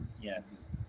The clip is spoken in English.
Yes